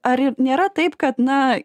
ar ir nėra taip kad na